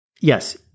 yes